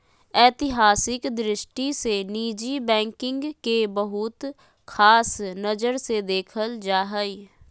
ऐतिहासिक दृष्टि से निजी बैंकिंग के बहुत ख़ास नजर से देखल जा हइ